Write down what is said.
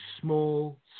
small